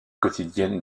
quotidienne